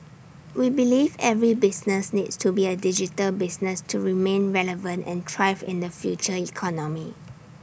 we believe every business needs to be A digital business to remain relevant and thrive in the future economy